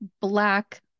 Black